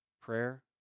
prayer